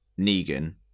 Negan